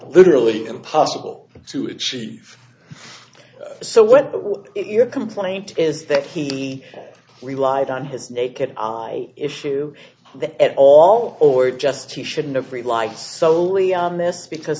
literally impossible to achieve so when your complaint is that he relied on his naked eye issue that at all or just he shouldn't have relied solely on this because